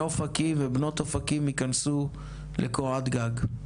אופקים ובנות אופקים ייכנסו לקורת גג?